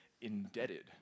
indebted